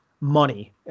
money